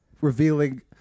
revealing